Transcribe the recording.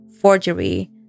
forgery